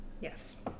Yes